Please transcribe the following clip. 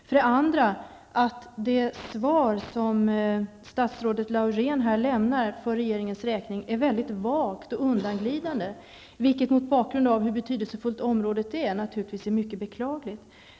För det andra är statsrådet Lauréns svar mycket vagt och undanglidande, vilket, mot bakgrund av hur betydelsefullt området är, naturligtvis är mycket beklagligt.